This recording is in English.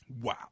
Wow